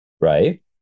right